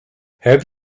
have